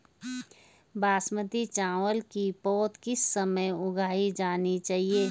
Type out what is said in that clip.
बासमती चावल की पौध किस समय उगाई जानी चाहिये?